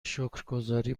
شکرگزاری